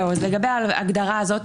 לגבי ההגדרה הזאת,